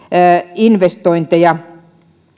investointeja